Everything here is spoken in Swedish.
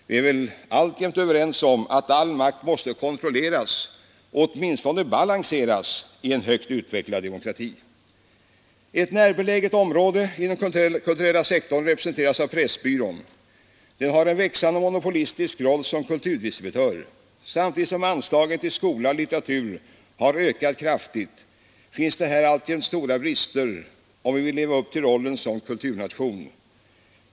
Vi är väl alltjämt överens om att all makt måste kontrolleras — åtminstone balanseras — i en högt utvecklad demokrati. Ett närbeläget område inom den kulturella sektorn representeras av Pressbyrån. Den har en växande monopolistisk roll som ”kulturdistributör”. Samtidigt som anslagen till skola och litteratur har ökat kraftigt finns det här alltjämt stora brister, om vi vill leva upp till rollen som kulturnation.